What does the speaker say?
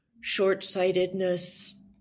short-sightedness